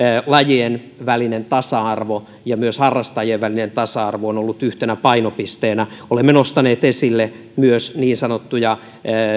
lajien välinen tasa arvo ja myös harrastajien välinen tasa arvo on ollut yhtenä painopisteenä olemme nostaneet esille myös niin sanottuja